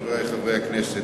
חברי חברי הכנסת,